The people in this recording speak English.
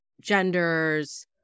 genders